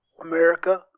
America